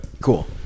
Cool